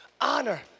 Honor